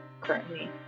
currently